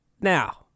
now